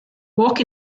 walk